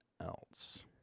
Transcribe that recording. else